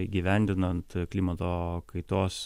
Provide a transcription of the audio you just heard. įgyvendinant klimato kaitos